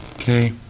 Okay